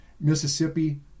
Mississippi